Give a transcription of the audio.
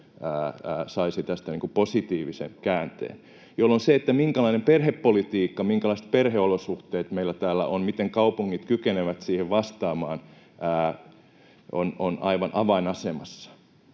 saisi tästä positiivisen käänteen, jolloin se, minkälainen perhepolitiikka, minkälaiset perheolosuhteet meillä täällä on, miten kaupungit kykenevät siihen vastaamaan, on aivan avainasemassa.